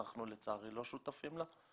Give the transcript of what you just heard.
אנחנו לצערי לא שותפים לה.